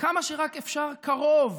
כמה שרק אפשר קרוב,